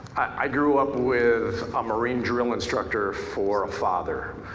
i grew up with a marine drill instructor for a father.